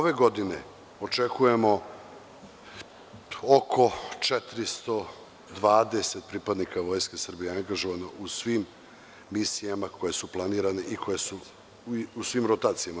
Ove godine očekujemo oko 420 pripadnika Vojske Srbije angažovano u svim misijama koje su planirane u svim rotacijama.